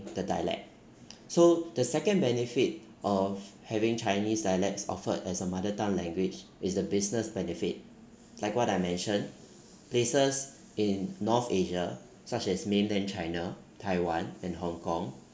the dialect so the second benefit of having chinese dialects offered as a mother tongue language is the business benefit like what I mentioned places in north asia such as mainland china taiwan and hong kong